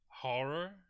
horror